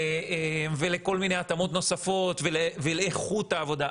ולכל מיני התאמות נוספות ולאיכות העבודה,